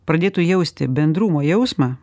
pradėtų jausti bendrumo jausmą